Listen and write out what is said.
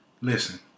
Listen